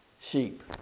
sheep